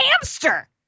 hamster